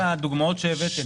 את הדוגמאות שהבאתם,